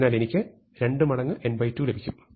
അതിനാൽ എനിക്ക് 2 മടങ്ങ് n2 ലഭിക്കും